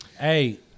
hey